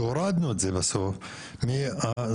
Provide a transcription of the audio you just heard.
שהורדנו את זה בסוף מהזכיין,